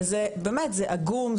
ובאמת זה עגום,